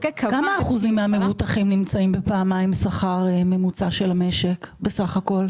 כמה אחוז מהמבוטחים נמצאים בפעמיים שכר ממוצע של המשק בסך הכול?